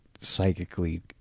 psychically